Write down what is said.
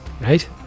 Right